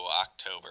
October